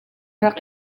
rak